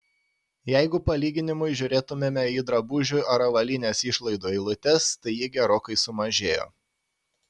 jeigu palyginimui žiūrėtumėme į drabužių ar avalynės išlaidų eilutes tai ji gerokai sumažėjo